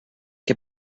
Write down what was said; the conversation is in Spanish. que